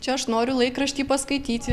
čia aš noriu laikraštį paskaityti